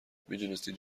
میدونستید